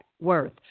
worth